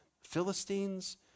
Philistines